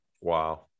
Wow